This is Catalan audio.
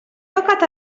tocat